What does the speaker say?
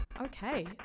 Okay